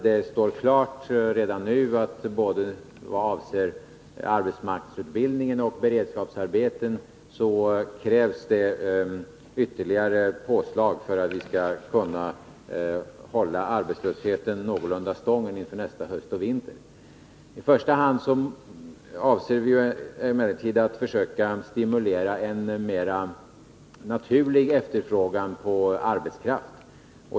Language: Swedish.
Det står klart redan nu att både vad avser arbetsmarknadsutbildning och beredskapsarbeten krävs ytterligare påslag för att vi skall kunna hålla arbetslösheten någorlunda stången inför nästa höst och vinter. I första hand avser vi emellertid att försöka stimulera en mer naturlig efterfrågan på arbetskraft.